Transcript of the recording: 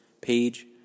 page